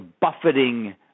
buffeting